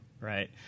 Right